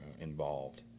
involved